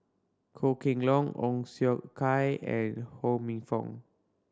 Goh Kheng Long Ong Siong Kai and Ho Minfong